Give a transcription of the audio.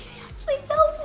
actually fell